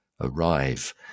arrive